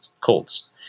Colts